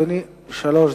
2681 ו-2682.